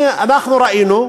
אנחנו ראינו,